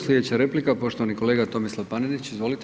Slijedeća replika poštovani kolega Tomislav Panenić, izvolite.